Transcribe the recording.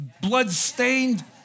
blood-stained